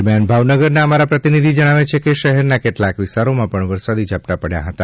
અમારા ભાવનગરના પ્રતિનિધિ જણાવે છે કે શહેરના કેટલાક વિસ્તારોમાં પણ વરસાદી ઝાપટા પડ્યા હતા